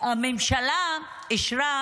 הממשלה אישרה